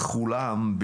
בוקר טוב לכולם.